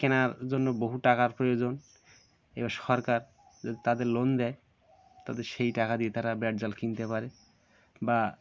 কেনার জন্য বহু টাকার প্রয়োজন এবার সরকার যদি তাদের লোন দেয় তাদের সেই টাকা দিয়ে তারা বেড় জাল কিনতে পারে বা